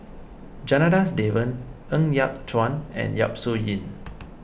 Janadas Devan Ng Yat Chuan and Yap Su Yin